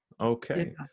okay